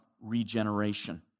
regeneration